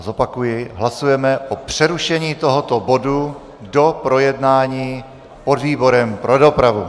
Zopakuji, hlasujeme o přerušení tohoto bodu do projednání podvýborem pro dopravu.